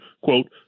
quote